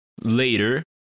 later